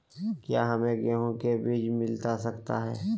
क्या हमे गेंहू के बीज मिलता सकता है?